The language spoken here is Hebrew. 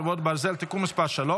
חרבות ברזל) (תיקון מס' 3),